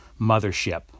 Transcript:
Mothership